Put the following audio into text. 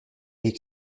est